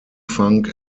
funk